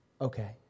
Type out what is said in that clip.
okay